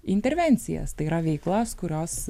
intervencijas tai yra veiklas kurios